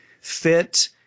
fit